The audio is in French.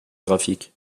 graphiques